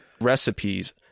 recipes